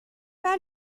pas